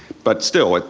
but still,